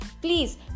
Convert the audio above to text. Please